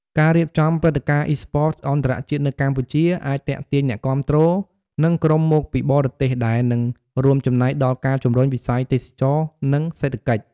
ការរៀបចំព្រឹត្តិការណ៍ Esports អន្តរជាតិនៅកម្ពុជា អាចទាក់ទាញអ្នកគាំទ្រ និងក្រុមមកពីបរទេស ដែលនឹងរួមចំណែកដល់ការជំរុញវិស័យទេសចរណ៍ និងសេដ្ឋកិច្ច។